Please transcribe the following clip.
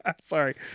Sorry